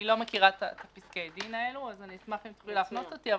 אני לא מכירה את פסקי הדין האלה אז אשמח אם תוכלי להפנות אותי.